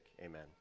Amen